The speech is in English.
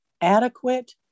Adequate